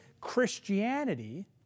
Christianity